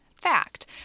fact